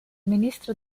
ministro